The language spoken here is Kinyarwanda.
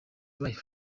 life